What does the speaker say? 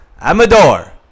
amador